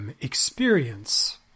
experience